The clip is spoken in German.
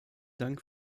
dank